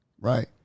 Right